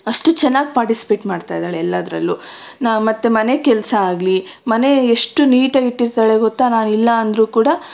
ಅಷ್ಟು ಚೆನ್ನಾಗಿ ಪಾರ್ಟಿಸಿಪೇಟ್ ಮಾಡ್ತಾ ಇದ್ದಾಳೆ ಎಲ್ಲದರಲ್ಲೂ ನ ಮತ್ತೆ ಮನೆ ಕೆಲಸ ಆಗಲಿ ಮನೆ ಎಷ್ಟು ನೀಟ್ ಆಗಿ ಇಟ್ಟಿರ್ತಾಳೆ ಗೊತ್ತಾ ನಾನಿಲ್ಲಾಂದರೂ ಕೂಡ